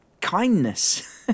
kindness